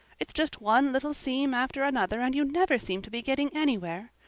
it's just one little seam after another and you never seem to be getting anywhere.